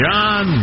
John